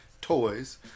toys